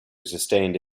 sustained